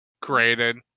created